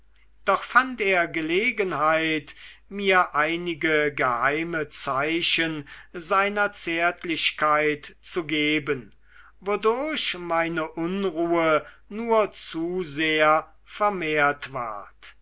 doch fand er gelegenheit mir einige geheime zeichen seiner zärtlichkeit zu geben wodurch meine unruhe nur zu sehr vermehrt ward